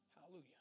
Hallelujah